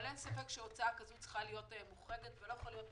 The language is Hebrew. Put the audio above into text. אבל אין ספק שהוצאה כזו צריכה להיות מוחרגת ולא יכול להיות